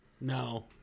no